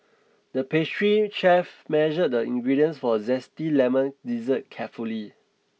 the pastry chef measured the ingredients for a zesty lemon dessert carefully